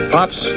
Pops